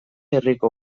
herriko